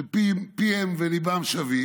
שפיהם וליבם שווים,